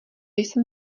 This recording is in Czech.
jsem